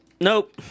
Nope